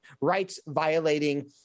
rights-violating